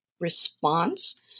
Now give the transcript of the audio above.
response